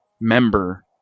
member